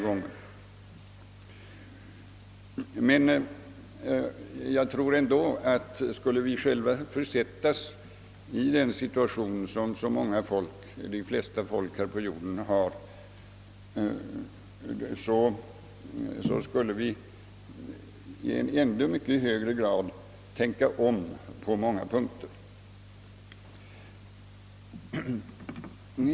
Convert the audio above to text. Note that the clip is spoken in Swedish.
Om vi själva skulle försättas i den situation, som de flesta folk här på jorden lever i, tror jag att vi på många punkter skulle tänka om i ännu högre grad.